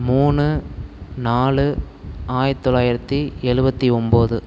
மூணு நாலு ஆயிரத்தி தொள்ளாயிரத்தி எழுவத்தி ஒன்போது